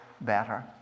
better